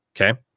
Okay